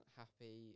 happy